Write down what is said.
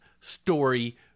story